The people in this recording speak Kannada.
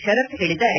ಶರತ್ ಹೇಳಿದ್ದಾರೆ